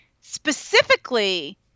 specifically